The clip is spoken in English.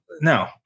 no